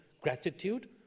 gratitude